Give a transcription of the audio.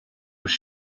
with